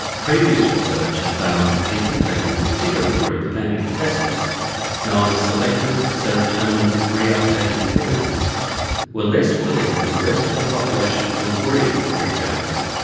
previous research had found that people taking a particular group of anti-depressants known as selective serotonin reuptake inhibitors were less willing than the rest of the population to agree, for example,